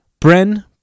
Bren